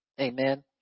Amen